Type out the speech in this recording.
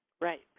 Right